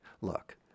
Look